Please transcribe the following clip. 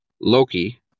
Loki